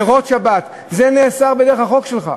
נרות שבת, זה נאסר בחוק שלך.